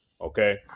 okay